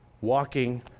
Walking